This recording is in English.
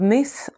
Myth